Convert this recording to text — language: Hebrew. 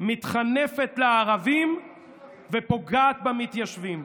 מתחנפת לערבים ופוגעת במתיישבים.